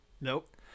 Nope